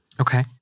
okay